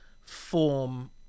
form